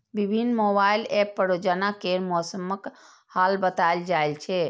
विभिन्न mobile app पर रोजाना केर मौसमक हाल बताएल जाए छै